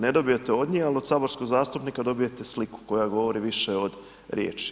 Ne dobijete od nje ali od saborskog zastupnika dobijete sliku koja govori više od riječi.